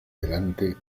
delante